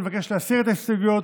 אני מבקש להסיר את ההסתייגויות,